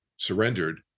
Surrendered